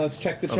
ah check. laura